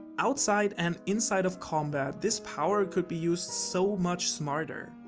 outside and inside of combat this power could be used so much smarter.